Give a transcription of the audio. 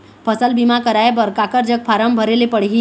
फसल बीमा कराए बर काकर जग फारम भरेले पड़ही?